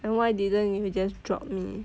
then why didn't you just you just drop me